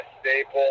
staple